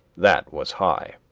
that was high.